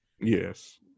Yes